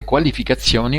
qualificazioni